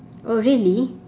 oh really